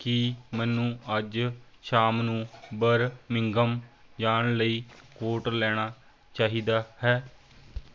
ਕੀ ਮੈਨੂੰ ਅੱਜ ਸ਼ਾਮ ਨੂੰ ਬਰਮਿੰਘਮ ਜਾਣ ਲਈ ਕੋਟ ਲੈਣਾ ਚਾਹੀਦਾ ਹੈ